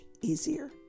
easier